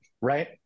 right